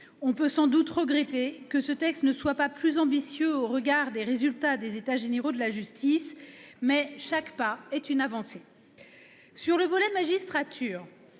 on peut sans doute regretter que ces textes ne soient pas plus ambitieux au regard des conclusions des États généraux de la justice. Mais chaque pas est une avancée ! En ce qui concerne la magistrature,